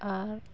ᱟᱨ